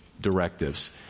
directives